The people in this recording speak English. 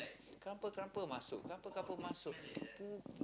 crumple crumple masuk crumple crumple masuk